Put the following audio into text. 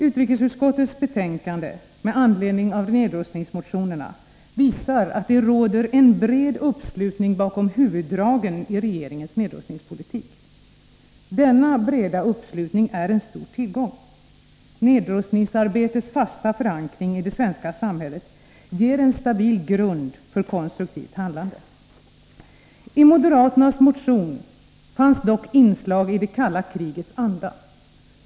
Utrikesutskottets betänkande med anledning av nedrustningsmotioner visar att det råder en bred uppslutning bakom huvuddragen i regeringens nedrustningspolitik. Denna breda uppslutning är en stor tillgång. Nedrustningsarbetets fasta förankring i det svenska samhället ger en stabil grund för konstruktivt handlande. I moderaternas motion fanns dock inslag i det kalla krigets anda.